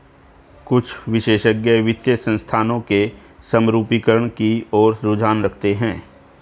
कुछ विशेषज्ञ वित्तीय संस्थानों के समरूपीकरण की ओर रुझान देखते हैं